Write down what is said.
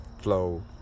flow